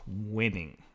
winning